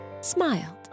smiled